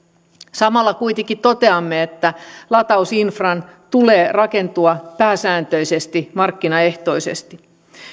samalla kuitenkin toteamme että latausinfran tulee rakentua pääsääntöisesti markkinaehtoisesti